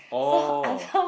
oh